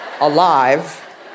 alive